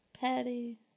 Patty